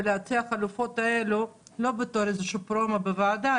ולהציע חלופות לא בתור פרומו בוועדה,